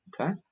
Okay